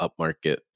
upmarket